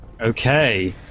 Okay